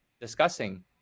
discussing